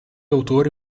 autori